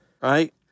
right